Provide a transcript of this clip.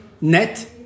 net